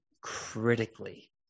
critically